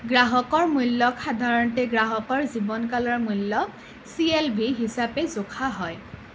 গ্ৰাহকৰ মূল্যক সাধাৰণতে গ্ৰাহকৰ জীৱনকালৰ মূল্য চি এল ভি হিচাপে জোখা হয়